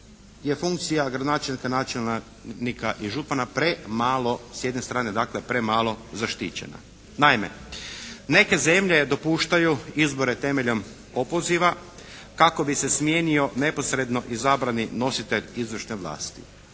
je funkcija gradonačelnika, načelnika i župana premalo, s jedne strane dakle premalo zaštićena. Naime, neke zemlje dopuštaju izbore temeljem opoziva kako bi se smijenio neposredno izabrani nositelj izvršne vlasti.